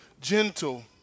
gentle